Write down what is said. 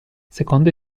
secondo